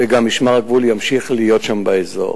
וגם משמר הגבול ימשיך להיות שם באזור.